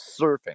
Surfing